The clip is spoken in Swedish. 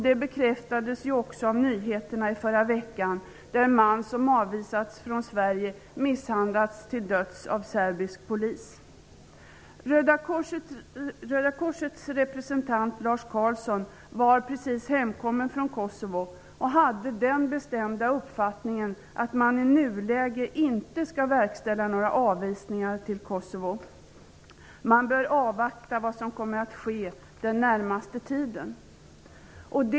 Det bekräftades också av nyheterna i förra veckan om att en man som hade avvisats från Sverige hade misshandlats till döds av serbisk polis. Röda korsets representant Lars Carlsson var precis hemkommen från Kosovo. Han hade den bestämda uppfattningen att man i nuläget inte skall verkställa några avvisningar till Kosovo. Man bör avvakta vad som kommer att ske den närmaste tiden.